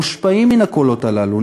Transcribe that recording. מושפעים מן הקולות הללו,